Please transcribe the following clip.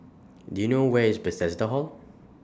Do YOU know Where IS Bethesda Hall